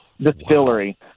distillery